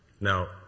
Now